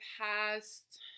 past